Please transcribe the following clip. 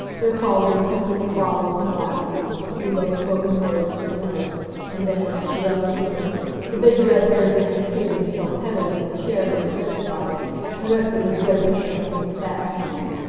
there followed a clinking of bottles and glasses, a few low-spoken words to the nurse, and then, as she left the room the big red-haired man seated himself heavily in the chair near the bedside and rested his great hands on his fat knees.